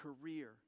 career